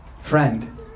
friend